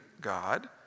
God